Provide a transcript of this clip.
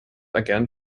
again